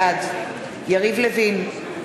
בעד יריב לוין,